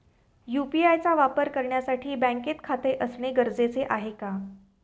UPI चा वापर करण्यासाठी बँकेत खाते असणे गरजेचे आहे का?